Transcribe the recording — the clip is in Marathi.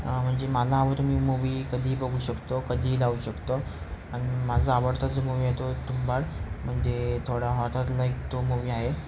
म्हणजे मला आवडतो मी मूवी कधीही बघू शकतो कधीही लावू शकतो आणि माझा आवडता जो मूवी आहे तो तुंबाड म्हणजे थोडा हॉरर लाईक तो मूव्ही आहे